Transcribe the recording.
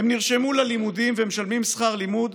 הם נרשמו ללימודים ומשלמים שכר לימוד,